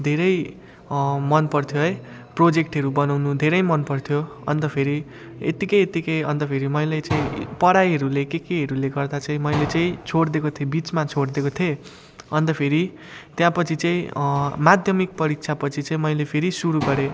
धेरै मन पर्थ्यो है प्रोजेक्टहरू बनाउनु धेरै मन पर्थ्यो अन्त फेरि यतिकै यतिकै अन्त फेरि मैले चाहिँ पढाइहरूले के केहरूले गर्दा चाहिँ मैले चाहिँ छोडि दिएको थिएँ बिचमा छोडि दिएको थिएँ अन्त फेरि त्यहाँपछि चाहिँ माध्यमिक परीक्षा पछि चाहिँ मैले फेरि सुरु गरेँ